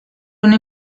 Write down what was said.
una